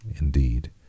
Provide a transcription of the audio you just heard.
indeed